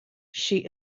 she